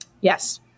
Yes